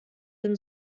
dem